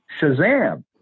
Shazam